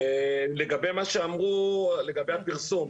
לגבי מה שאמרו, הפרסום,